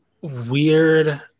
weird